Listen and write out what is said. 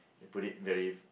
put it very